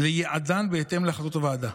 ליעדם בהתאם להחלטות הוועדה.